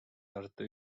tartu